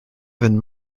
than